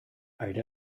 aire